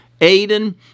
Aiden